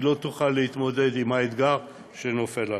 היא לא תוכל להתמודד עם האתגר שנופל עליה.